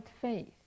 faith